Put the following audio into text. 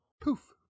Poof